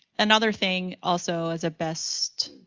another thing also as a best,